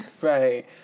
Right